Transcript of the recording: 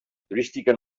turística